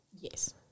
Yes